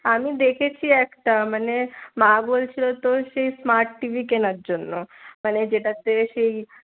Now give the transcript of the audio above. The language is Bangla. আমি দেখেছি একটা মানে মা বলছিল তোর সেই স্মার্ট টিভি কেনার জন্য মানে যেটাতে সেই